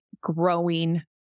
growing